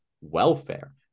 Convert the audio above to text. welfare